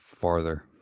farther